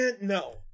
No